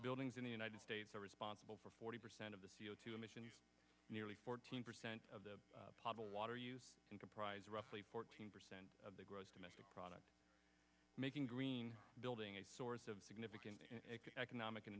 buildings in the united states are responsible for forty percent of the c o two emissions nearly fourteen percent of the public water use enterprise roughly fourteen percent of the gross domestic product making green building a source of significant economic an